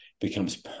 becomes